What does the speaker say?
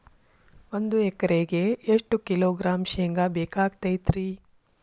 ಒಂದು ಎಕರೆಗೆ ಎಷ್ಟು ಕಿಲೋಗ್ರಾಂ ಶೇಂಗಾ ಬೇಕಾಗತೈತ್ರಿ?